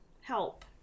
help